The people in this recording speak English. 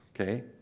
okay